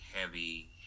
heavy